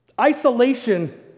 isolation